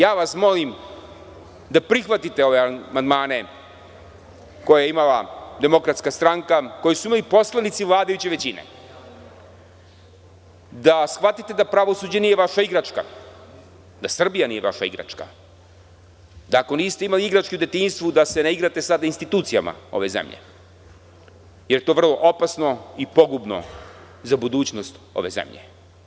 Ja vas molim da prihvatite ove amandmane koje je imala DS, koje su imali poslanici vladajuće većine, da shvatite da pravosuđe nije vaša igračka, da Srbija nije vaša igračka, da ako niste imali igračke u detinjstvu, da se ne igrate sada sa institucijama ove zemlje, jer je to vrlo opasno i pogubno za budućnost ove zemlje.